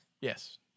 yes